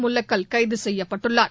முல்லக்கல் கைது செய்யப்பட்டுள்ளார்